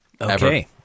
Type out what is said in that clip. Okay